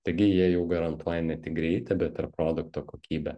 taigi jie jau garantuoja ne tik greitį bet ir produkto kokybę